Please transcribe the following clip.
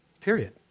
Period